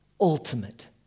ultimate